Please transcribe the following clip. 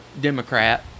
Democrat